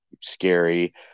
scary